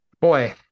boy